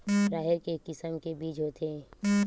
राहेर के किसम के बीज होथे?